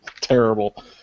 Terrible